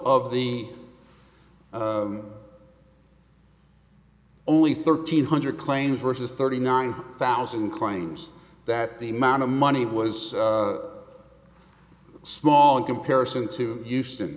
of the only thirteen hundred claim versus thirty nine thousand claims that the amount of money was small in comparison to houston